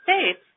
states